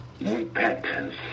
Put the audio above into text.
repentance